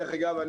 דרך אגב,